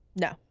No